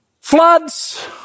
Floods